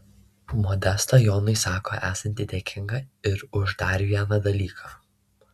modesta jonui sako esanti dėkinga ir už dar vieną dalyką